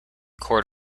court